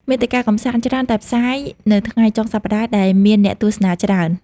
មាតិកាកម្សាន្ត ច្រើនតែផ្សាយនៅថ្ងៃ ចុងសប្តាហ៍ ដែលមានអ្នកទស្សនាច្រើន។